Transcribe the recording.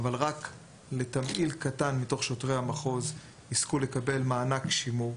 אבל רק תמהיל קטן מתוך שוטרי המחוז יזכו לקבל מענק שימור.